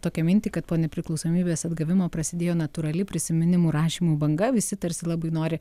tokią mintį kad po nepriklausomybės atgavimo prasidėjo natūrali prisiminimų rašymų banga visi tarsi labai nori